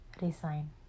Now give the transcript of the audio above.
resign